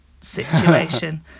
situation